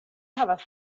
havas